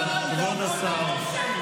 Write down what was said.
כולך רעל.